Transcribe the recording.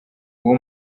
uwo